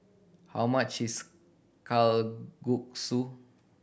how much is Kalguksu